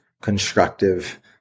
Constructive